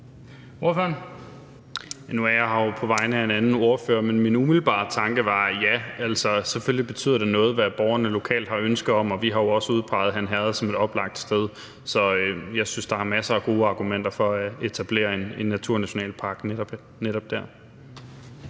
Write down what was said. her jo på vegne af en anden ordfører, men min umiddelbare tanke er ja. Altså, selvfølgelig betyder det noget, hvad borgerne lokalt har ønsker om, og vi har jo også udpeget Han Herred som et oplagt sted, så jeg synes, der er masser af gode argumenter for at etablere en naturnationalpark netop dér.